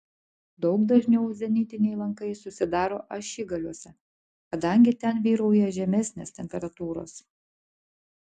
daug dažniau zenitiniai lankai susidaro ašigaliuose kadangi ten vyrauja žemesnės temperatūros